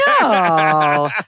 No